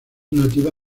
nativa